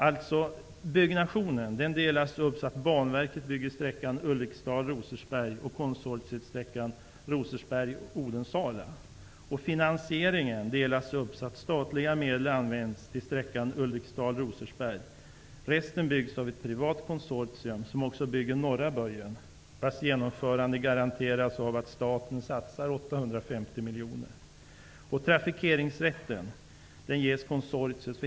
Alltså: Byggnationen delas upp så att Banverket bygger sträckan Ulriksdal--Rosersberg och konsortiet sträckan Rosersberg--Odensala. Resten byggs av ett privat konsortium, som också bygger ''norra böjen'', vars genomförande garanteras av att staten satsar 850 miljoner.